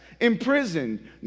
Imprisoned